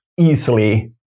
easily